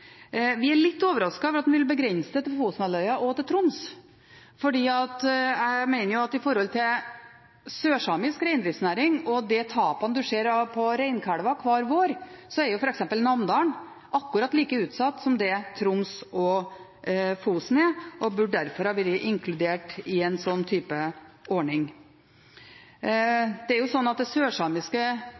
Vi er litt overrasket over at man vil begrense det til Fosenhalvøya og Troms, for jeg mener at når det gjelder sørsamisk reindriftsnæring og de tapene man ser av reinkalver hver vår, er f.eks. Namdalen akkurat like utsatt som Troms og Fosen er, og burde derfor vært inkludert i en slik ordning. Sørsamisk forvaltningsområde er ikke bare Hedmark, som vi har diskutert tidligere i forbindelse med ulvesoner. Det